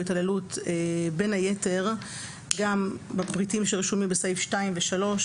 התעללות בין היתר גם בפריטים שרשומים בסעיף (2) ו-(3)